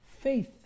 Faith